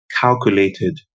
calculated